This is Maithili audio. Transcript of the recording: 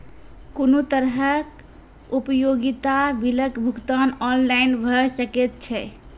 कुनू तरहक उपयोगिता बिलक भुगतान ऑनलाइन भऽ सकैत छै?